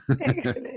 Excellent